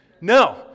No